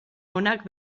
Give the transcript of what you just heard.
onak